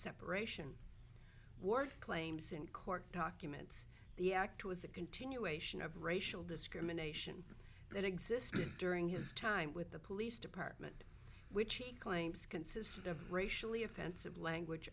separation ward claims in court documents the act was a continuation of racial discrimination that existed during his time with the police department which he claims consisted of racially offensive language